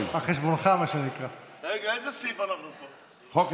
מחושב המספר המרבי של שרים או סגני שרים שהם חברי